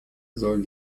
sollen